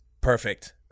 Perfect